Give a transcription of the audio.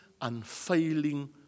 unfailing